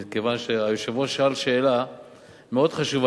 מכיוון שהיושב-ראש שאל שאלה מאוד חשובה,